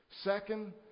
Second